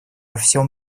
всем